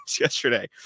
yesterday